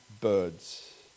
birds